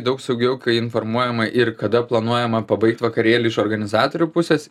daug saugiau kai informuojama ir kada planuojama pabaigt vakarėlį iš organizatorių pusės